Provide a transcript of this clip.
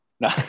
No